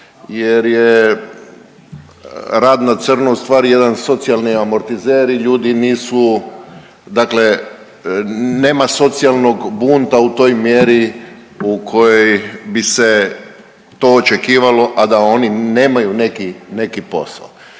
jer je rad na crno jedan socijalni amortizer i ljudi nisu dakle nema socijalnog bunta u toj mjeri u kojoj bi se to očekivalo a da oni nemaju neki, neki posao.